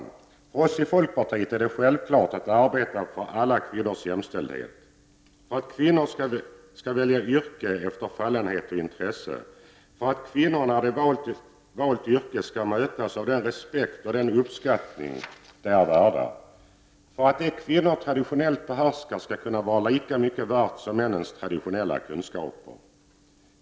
För oss i folkpartiet är det självklart att arbeta för alla kvinnors jämställdhet; för att kvinnor skall välja yrke efter fallenhet och intresse; för att kvinnor när de valt yrke skall mötas av den respekt och den uppskattning de är värda; för att det som kvinnor traditionellt behärskar skall vara lika mycket värt som männens traditionella kunskaper.